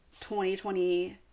2020